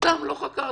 אלא סתם לא חקרתם.